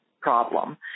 problem